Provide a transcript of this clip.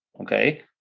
Okay